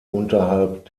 unterhalb